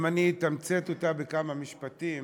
אם אני אתמצת אותה בכמה משפטים,